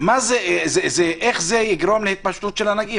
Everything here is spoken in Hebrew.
מה זה "המשך הפעילות התפקודית של מקום העבודה"?